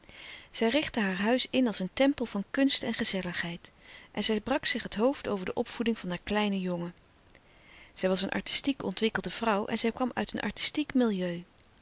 zij richtte haar huis in als een tempel van kunst en gezelligheid en zij brak zich het hoofd over de opvoeding van haar kleinen jongen zij was een artistiek ontwikkelde vrouw en zij kwam uit een artistiek milieu